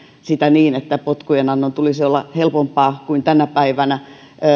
sitä niin että potkujen annon tulisi olla helpompaa kuin tänä päivänä